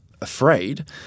afraid